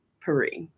Paris